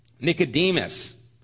Nicodemus